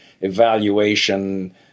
evaluation